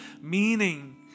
meaning